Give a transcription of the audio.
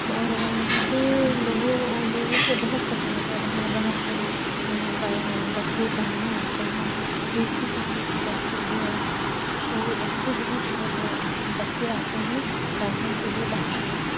और यहाँ पे लोगों और लोगों को बहुत पसंद आता है बाहर बाहर से बच्चे पढ़ने आते हैं फीस भी कम लगती है तो यहाँ पे बहुत सारे लोग बच्चे आते हैं पढ़ने के लिए बाहर से